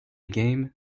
game